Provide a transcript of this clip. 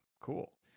cool